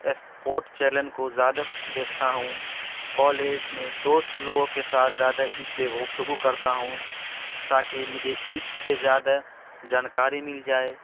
sport channel کو زیادہ دیکھتا ہوں کالج میں دوست لوگوں کے ساتھ زیادہ اس پہ گفتگو کرتا ہوں تا کہ مجھے اس سے زیادہ جانکاری مل جائے